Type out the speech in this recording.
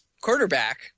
quarterback